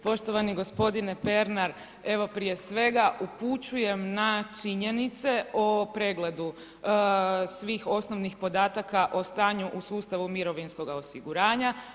Poštovani gospodine Pernar, evo prije svega upućujem na činjenice o pregledu svih osnovnih podataka, o stanju u sustavu mirovinskog osiguranja.